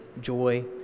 joy